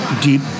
Deep